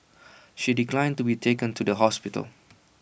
she declined to be taken to the hospital